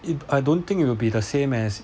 it I don't think it will be the same as